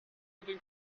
wie